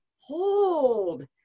hold